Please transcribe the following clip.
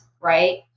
Right